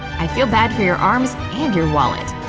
i feel bad for your arms and your wallet!